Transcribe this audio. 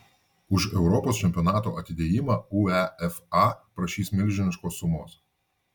už europos čempionato atidėjimą uefa prašys milžiniškos sumos